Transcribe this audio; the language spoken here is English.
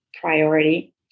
priority